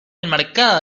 enmarcada